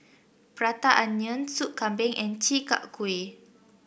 Prata Onion Soup Kambing and Chi Kak Kuih